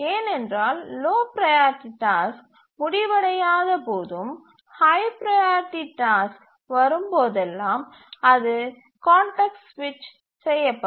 ஏனென்றால் low priority task முடிவடையாத போதும் ஹய் ப்ரையாரிட்டி டாஸ்க் வரும் போதெல்லாம் அது கான்டெக்ஸ்ட் சுவிட்சு செய்யப்படும்